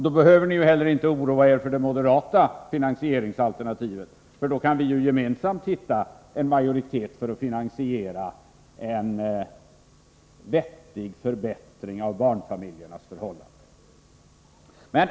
Då behöver ni ju inte heller oroa er för det moderata finansieringsalternativet. Då kan vi gemensamt uppnå majoritet för att finansiera en vettig förbättring av barnfamiljernas förhållanden.